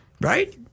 right